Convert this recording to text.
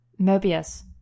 Mobius